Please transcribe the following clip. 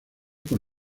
con